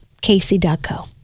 Casey.co